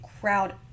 crowd